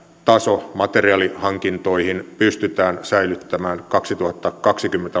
taso materiaalihankintoihin pystytään säilyttämään kaksituhattakaksikymmentä